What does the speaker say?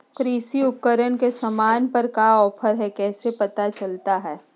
कृषि उपकरण के सामान पर का ऑफर हाय कैसे पता चलता हय?